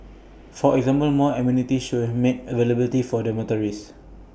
for example more amenities should be made available at dormitories